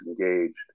engaged